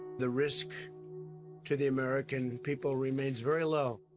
the risk to the american people remains very low.